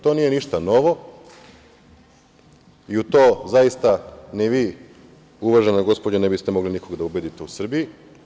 To nije ništa novo i u to zaista ni vi, uvažena gospođo, ne biste mogli nikog da ubedite u Srbiji.